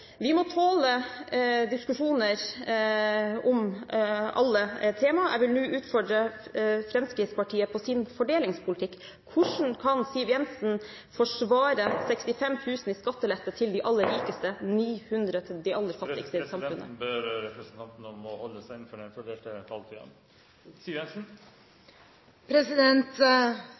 Vi må tåle diskusjoner om alle tema. Jeg vil nå utfordre Fremskrittspartiet på deres fordelingspolitikk: Hvordan kan Siv Jensen forsvare 65 000 kr i skattelette til de aller rikeste – og 900 kr til de aller fattigste i samfunnet? Presidenten ber representanten om å holde seg innenfor